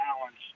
balance